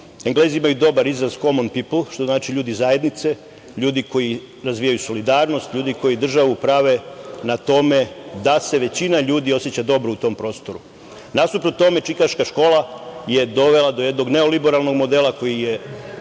Englezi imaju dobar izraz – common people, što znači ljudi zajednice, ljudi koji razvijaju solidarnost, ljudi koji državu prave na tome da se većina ljudi oseća dobro u tom prostoru. Nasuprot tome Čikaška škola je dovela do jednog neoliberalnog modela koji je